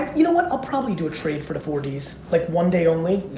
you know what? i'll probably do a trade for the four d's. like one day only.